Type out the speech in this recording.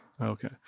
Okay